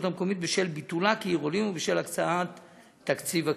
המקומית בשל ביטול מעמדה כעיר עולים ובשל הקצאת תקציב הקרן.